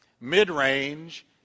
mid-range